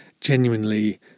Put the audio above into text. genuinely